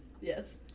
Yes